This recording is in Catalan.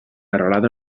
arrelada